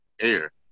air